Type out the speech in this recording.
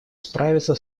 справиться